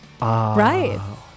right